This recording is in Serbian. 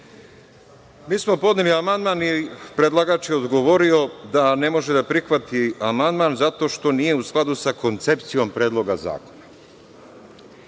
smo amandman i predlagač je odgovorio da ne može da prihvati amandman zato što nije u skladu sa koncepcijom Predloga zakona.